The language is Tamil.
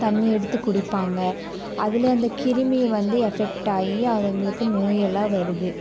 தண்ணீர் எடுத்து குடிப்பாங்க அதில் அந்த கிருமி வந்து எஃபெக்ட் ஆகி அதுங்களுக்கு நோயெல்லாம் வருது